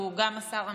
שהוא גם השר המקשר,